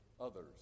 others